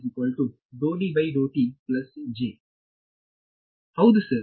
ವಿದ್ಯಾರ್ಥಿ ಹೌದು ಸರ್